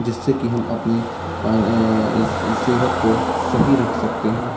جس سے کہ ہم اپنے صحت کو صحیح رکھ سکتے ہیں